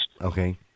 Okay